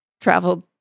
traveled